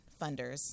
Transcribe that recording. funders